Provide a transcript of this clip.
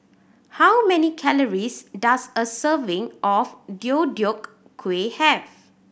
how many calories does a serving of Deodeok Gui have